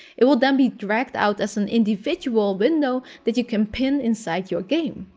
it'll then be dragged out as an individual window that you can pin inside your game.